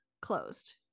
closed